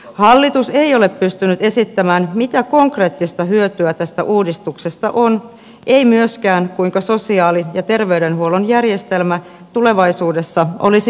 hallitus ei ole pystynyt esittämään mitä konkreettista hyötyä tästä uudistuksesta on ei myöskään kuinka sosiaali ja terveydenhuollon järjestelmä tulevaisuudessa olisi järkevää rahoittaa